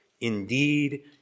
indeed